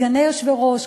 סגני יושבי-ראש.